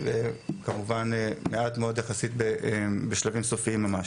וכמובן מעט מאוד יחסית בשלבים סופיים ממש.